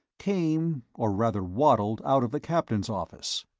came or rather waddled out of the captain's office.